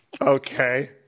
Okay